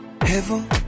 Heaven